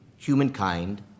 humankind